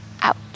out